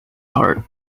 heart